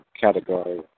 category